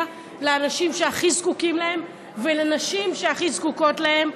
לאנשים שהכי זקוקים להם ולנשים שהכי זקוקות להם.